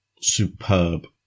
superb